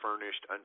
furnished